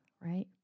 right